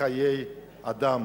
בחיי אדם.